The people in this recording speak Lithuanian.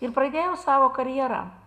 ir pradėjau savo karjerą